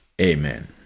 amen